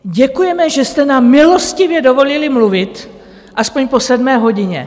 Děkujeme, že jste nám milostivě dovolili mluvit aspoň po sedmé hodině.